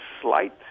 slight